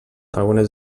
algunes